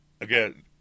Again